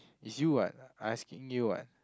is you [what] I asking you [what]